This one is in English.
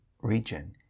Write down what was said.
region